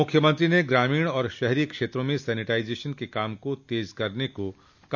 मुख्यमंत्री ने ग्रामीण और शहरी क्षेत्रों में सेनिटाइजेशन के काम को तेज करने को कहा